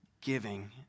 giving